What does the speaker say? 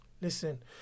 Listen